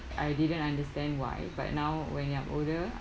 I didn't understand why but now when I'm older